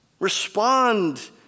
Respond